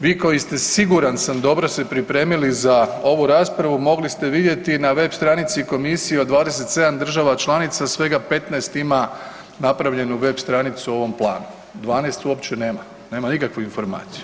Vi koji ste, siguran sam dobro se pripremili za ovu raspravu mogli ste vidjeti na web stranici komisije od 27 država članica svega 15 ima napravljenu web stranicu o ovom planu, 12 uopće nema, nema nikakvu informaciju.